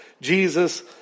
Jesus